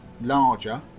Larger